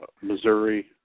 Missouri